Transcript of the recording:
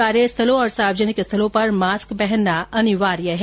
कार्यस्थलों और सार्वजनिक स्थलों पर मास्क पहनना अनिवार्य है